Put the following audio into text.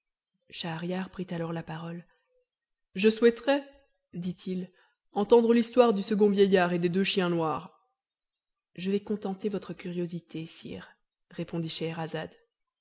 schahriar prit alors la parole je souhaiterais dit-il entendre l'histoire du second vieillard et des deux chiens noirs je vais contenter votre curiosité sire répondit scheherazade